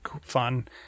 fun